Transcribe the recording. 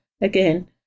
again